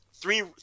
three